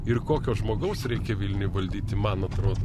ir kokio žmogaus reikia vilniui valdyti man atrodo